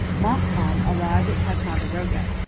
montcalm arrived at ticonderoga,